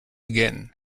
again